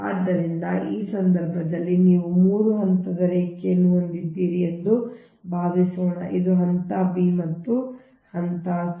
ಆದ್ದರಿಂದ ಆ ಸಂದರ್ಭದಲ್ಲಿ ನೀವು 3 ಹಂತದ ರೇಖೆಯನ್ನು ಹೊಂದಿದ್ದೀರಿ ಎಂದು ಭಾವಿಸೋಣ ಇದು ಹಂತ b ಮತ್ತು ಇದು ಹಂತ c